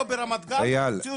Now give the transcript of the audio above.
לא ברמת גן --- איל,